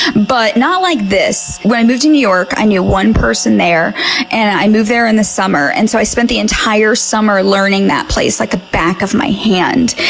but not like this. when i moved to new york, i knew one person there and i moved there in the summer, and so i spent the entire summer learning that place like the back of my hand.